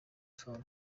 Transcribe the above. fund